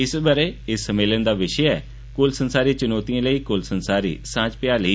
इस ब'रे इस सम्मेलन दा विशे ऐ 'कुल संसारी चुनोतिये लेई कुल संसारी सांझ भ्याली'